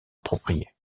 appropriée